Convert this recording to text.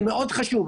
זה מאוד חשוב.